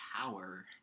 power